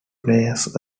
plays